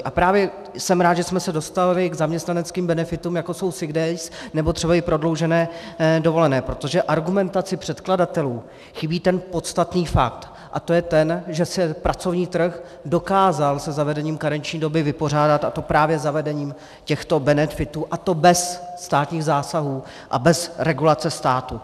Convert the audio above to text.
A právě jsem rád, že jsme se dostali k zaměstnaneckým benefitům, jako jsou sick days nebo třeba i prodloužené dovolené, protože v argumentaci předkladatelů chybí ten podstatný fakt, a to je ten, že se pracovní trh dokázal se zavedením karenční doby vypořádat, a to právě zavedením těchto benefitů, a to bez státních zásahů a bez regulace státu.